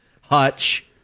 hutch